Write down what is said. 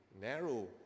narrow